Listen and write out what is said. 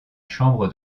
chambre